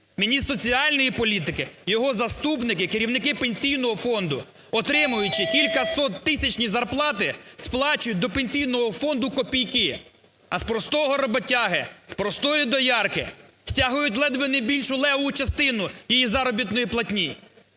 міністр соціальної політики, його заступники, керівники Пенсійного фонду, отримуючи кількасоттисячні зарплати, сплачують до Пенсійного фонду копійки! А з простого роботяги, з простої доярки стягують ледве не більшу, "левову" частину її заробітної платні.